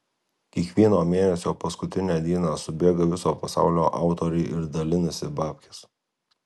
kiekvieno mėnesio paskutinę dieną subėga viso pasaulio autoriai ir dalinasi babkes